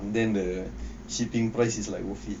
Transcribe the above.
then the shipping price is like worth it